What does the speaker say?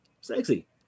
sexy